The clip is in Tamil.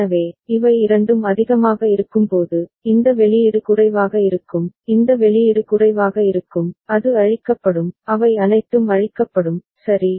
எனவே இவை இரண்டும் அதிகமாக இருக்கும்போது இந்த வெளியீடு குறைவாக இருக்கும் இந்த வெளியீடு குறைவாக இருக்கும் அது அழிக்கப்படும் அவை அனைத்தும் அழிக்கப்படும் சரி